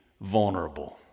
vulnerable